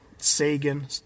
sagan